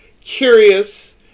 curious